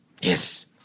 Yes